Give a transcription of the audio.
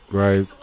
right